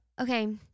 Okay